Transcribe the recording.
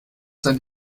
sein